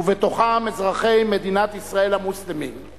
ובתוכם אזרחי מדינת ישראל המוסלמים.